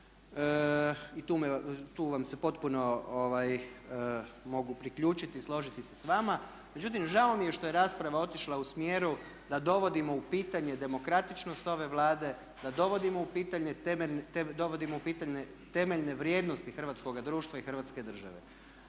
i tu vam se potpuno mogu priključiti i složiti se s vama. Međutim, žao mi je što je rasprava otišla u smjeru da dovodimo u pitanje demokratičnost ove Vlade, da dovodimo u pitanje temeljne vrijednosti hrvatskoga društva i hrvatske države.